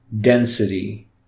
density